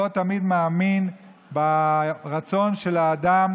לא תמיד מאמין ברצון של האדם